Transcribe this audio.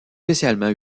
spécialement